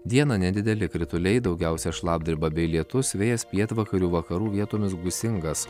dieną nedideli krituliai daugiausiai šlapdriba bei lietus vėjas pietvakarių vakarų vietomis gūsingas